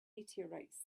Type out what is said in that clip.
meteorites